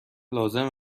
لازم